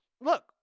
look